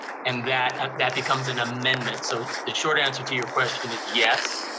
and that ah that becomes an amendment. so the short answer to your question is yes.